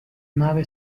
nave